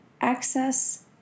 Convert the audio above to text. access